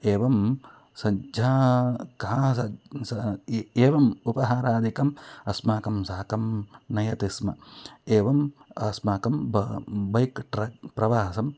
एवं सज्झाखाः सज् सा एवम् उपहारादिकम् अस्माकं साकं नयति स्म एवम् अस्माकं बा बैक् ट्रक् प्रवासम्